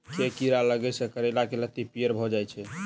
केँ कीड़ा लागै सऽ करैला केँ लत्ती पीयर भऽ जाय छै?